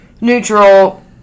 neutral